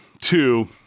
two